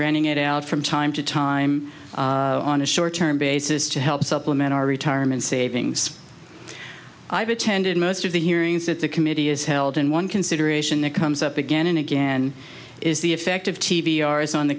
running it out from time to time on a short term basis to help supplement our retirement savings i've attended most of the hearings that the committee is held and one consideration that comes up again and again is the effect of t v ours on the